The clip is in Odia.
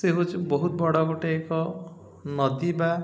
ସେ ହେଉଛି ବହୁତ ବଡ଼ ଗୋଟେ ଏକ ନଦୀ ବା